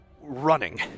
running